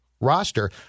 roster